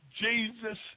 Jesus